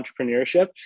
entrepreneurship